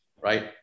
Right